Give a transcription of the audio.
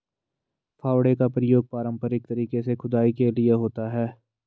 फावड़े का प्रयोग पारंपरिक तरीके से खुदाई के लिए होता है